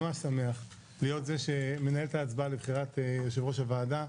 ממש שמח להיות זה שמנהל את ההצבעה לבחירת יושב-ראש הוועדה.